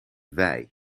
wei